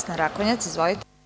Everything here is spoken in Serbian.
Vesna Rakonjac, izvolite.